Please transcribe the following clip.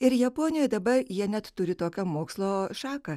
ir japonijoje dabar jie net turi tokią mokslo šaką